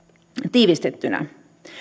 tiivistettynä